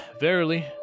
verily